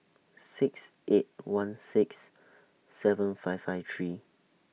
six eight one six seven five five three